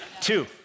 Two